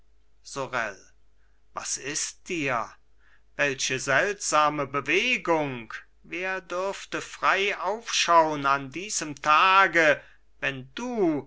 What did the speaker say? was ist dir welche seltsame bewegung wer dürfte frei aufschaun an diesem tage wenn du